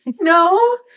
No